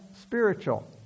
spiritual